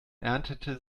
erntete